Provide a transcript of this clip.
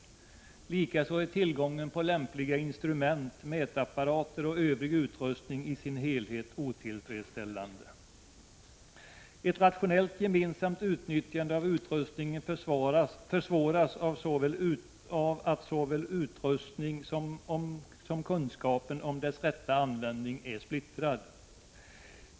Likaså är tillgången på lämpliga instrument, mätapparater och övrig utrustning i sin helhet otillfredsställande. Ett rationellt gemensamt utnyttjande av utrustningen försvåras av att såväl själva utrustningen som kunskapen om dess rätta användning är splittrad.